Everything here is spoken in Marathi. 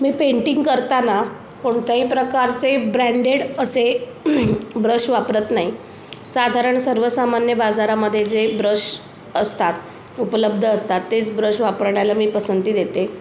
मी पेंटिंग करताना कोणत्याही प्रकारचे ब्रँडेड असे ब्रश वापरत नाही साधारण सर्वसामान्य बाजारामध्ये जे ब्रश असतात उपलब्ध असतात तेच ब्रश वापरण्याला मी पसंती देते